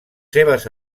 seves